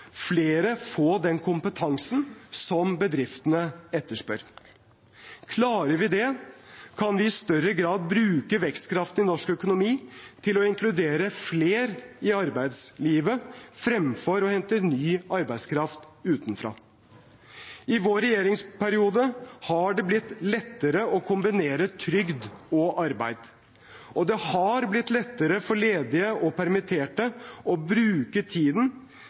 den kompetansen som bedriftene etterspør. Klarer vi det, kan vi i større grad bruke vekstkraften i norsk økonomi til å inkludere flere i arbeidslivet fremfor å hente ny arbeidskraft utenfra. I vår regjeringsperiode har det blitt lettere å kombinere trygd og arbeid, og det har blitt lettere for ledige og permitterte å bruke tiden